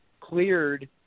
cleared